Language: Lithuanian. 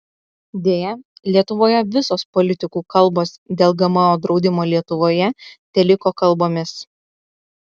deja lietuvoje visos politikų kalbos dėl gmo draudimo lietuvoje teliko kalbomis